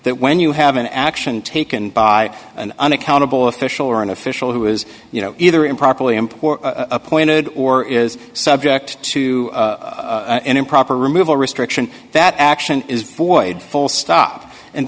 that when you have an action taken by an unaccountable official or an official who is you know either improperly import appointed or is subject to an improper removal restriction that action is void full stop and